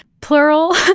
plural